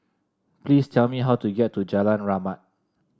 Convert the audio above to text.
please tell me how to get to Jalan Rahmat